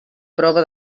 prova